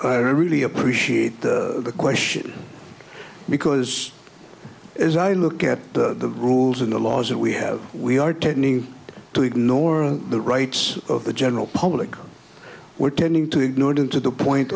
i really appreciate the question because as i look at the rules and the laws that we have we are tending to ignore the rights of the general public we're tending to ignore due to the point